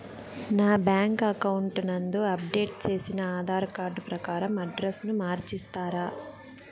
నా bank account నందు update చేసిన ఆధార్ కార్డు ప్రకారం అడ్రస్ ను మార్చిస్తారా?